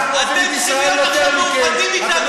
אתם צריכים להיות עכשיו מאוחדים אתנו,